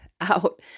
out